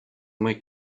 muy